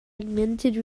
augmented